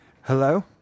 Hello